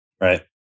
right